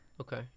Okay